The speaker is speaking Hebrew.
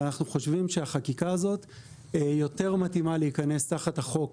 אבל אנחנו חושבים שהחקיקה הזאת יותר מתאימה להיכנס תחת החוק